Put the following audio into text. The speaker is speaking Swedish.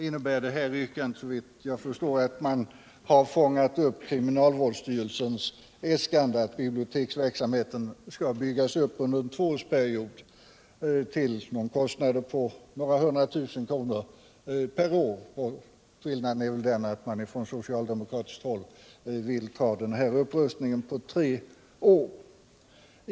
Detta yrkande innebär såvitt jag kan förstå att man har fångat upp kriminalvårdsstyrelsens äskande att biblioteksverksamheten skall byggas upp under en tvåårsperiod till en kostnad av några hundratusen kronor per år. Skillnaden är att man från socialdemokratiskt håll vill göra den här upprustningen på tre år.